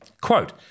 Quote